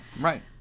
right